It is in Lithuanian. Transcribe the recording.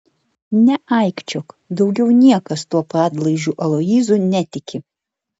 neaikčiok daugiau niekas tuo padlaižiu aloyzu netiki